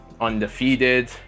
undefeated